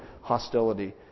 hostility